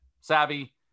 savvy